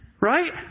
right